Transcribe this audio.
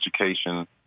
Education